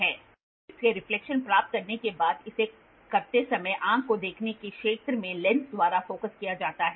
workpiece से reflection प्राप्त करने के बाद इसे करते समय आंख के देखने के क्षेत्र में लेंस द्वारा फोकस किया जाता है